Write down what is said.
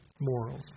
morals